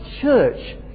church